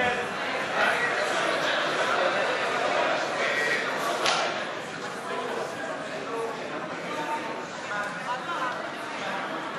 ההסתייגות (29) של קבוצת סיעת המחנה הציוני